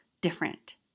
different